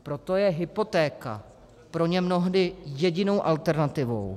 Proto je hypotéka pro ně mnohdy jedinou alternativu.